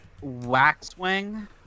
Waxwing